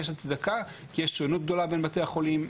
והצדקה כי יש שונות גדולה בין בתי החולים.